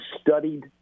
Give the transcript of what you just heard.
studied